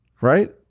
Right